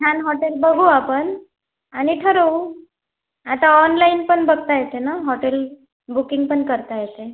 छान हाॅटेल बघू आपण आणि ठरवू आता ऑनलाईन पण बघता येते ना हॉटेल बुकिंग पण करता येते